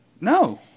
No